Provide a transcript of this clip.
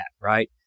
right